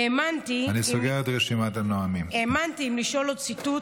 האמנתי, אם לשאול עוד ציטוט